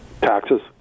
Taxes